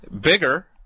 Bigger